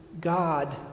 God